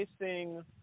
facing